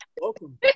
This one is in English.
welcome